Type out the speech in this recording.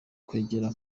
kugera